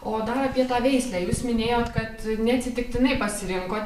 o dar apie tą veislę jūs minėjot kad neatsitiktinai pasirinkot